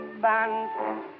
band